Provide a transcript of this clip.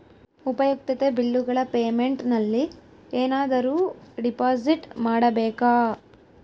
ಉಪಯುಕ್ತತೆ ಬಿಲ್ಲುಗಳ ಪೇಮೆಂಟ್ ನಲ್ಲಿ ಏನಾದರೂ ಡಿಪಾಸಿಟ್ ಮಾಡಬೇಕಾ?